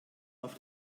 auf